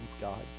God